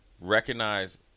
Recognize